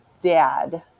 Dad